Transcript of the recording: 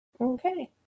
Okay